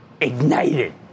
ignited